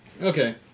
Okay